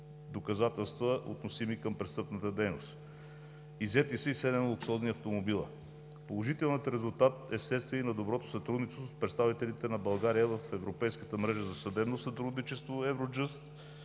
доказателства, относими към престъпната дейност. Иззети са и 7 луксозни автомобила. Положителният резултат е вследствие и на доброто сътрудничество с представителите на България в Европейската мрежа за съдебно сътрудничество „Евроджъст“